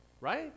Right